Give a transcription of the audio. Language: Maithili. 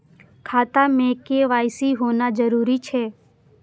खाता में के.वाई.सी होना जरूरी छै?